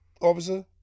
officer